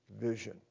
vision